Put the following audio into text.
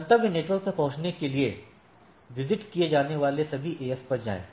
गंतव्य नेटवर्क तक पहुंचने के लिए विज़िट किए जाने वाले सभी AS पर जाएं